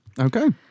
Okay